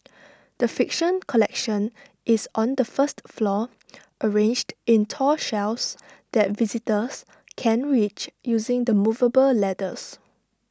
the fiction collection is on the first floor arranged in tall shelves that visitors can reach using the movable ladders